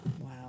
Wow